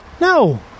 No